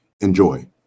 Enjoy